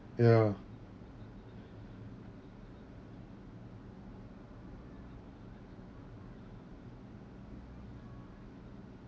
ya